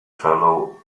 shallow